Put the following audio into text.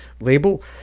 label